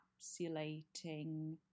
encapsulating